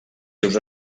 seus